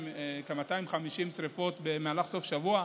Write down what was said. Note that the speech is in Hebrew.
כ-250 שרפות במהלך סוף שבוע,